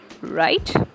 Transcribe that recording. right